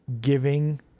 giving